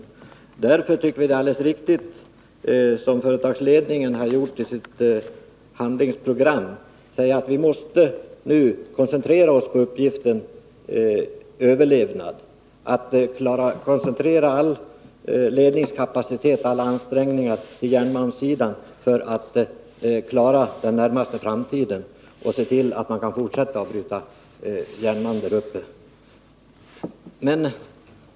Vi anser att det är alldeles riktigt att säga, som företagsledningen har gjort i sitt handlingsprogram, att man måste koncentrera sig på överlevnad och att all ledningskapacitet och alla ansträngningar måste koncentreras på järnmalmssidan för att klara den närmaste framtiden och se till att man kan fortsätta att bryta järnmalm där uppe.